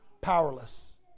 powerless